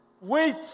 wait